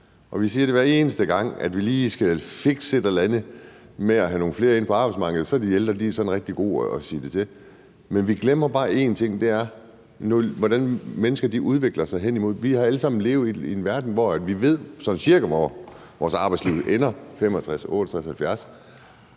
og vi siger det, hver eneste gang vi lige skal fikse et eller andet, så vi kan få nogle flere ind på arbejdsmarkedet, og så er de ældre en god gruppe at henvende sig til. Men vi glemmer bare en ting, og det er, hvordan mennesker udvikler sig. Vi har alle sammen levet i en verden, hvor vi ved, sådan cirka hvor vores arbejdsliv ender, altså